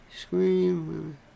Scream